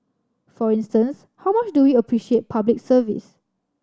for instance how much do we appreciate Public Service